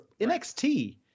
NXT